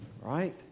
right